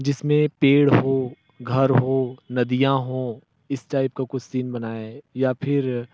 जिसमें पेड़ हो घर हो नदियाँ हों इस टाइप का कुछ सीन बनाए या फिर